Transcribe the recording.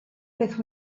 beth